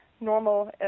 normal